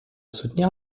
soutenir